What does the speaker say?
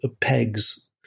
pegs